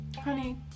Honey